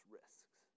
risks